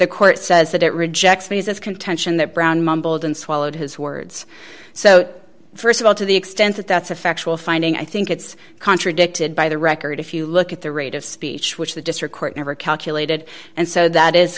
the court says that it rejects these this contention that brown mumbled and swallowed his words so st of all to the extent that that's a factual finding i think it's contradicted by the record if you look at the rate of speech which the district court never calculated and so that is